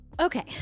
Okay